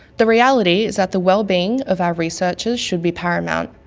the reality is that the wellbeing of our researchers should be paramount.